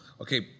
Okay